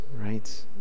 right